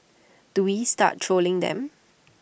do we start trolling them